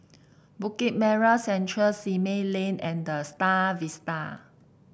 Bukit Merah Central Simei Lane and The Star Vista